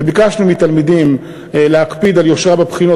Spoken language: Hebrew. וביקשנו מתלמידים להקפיד על יושרה בבחינות,